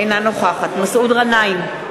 אינה נוכחת מסעוד גנאים,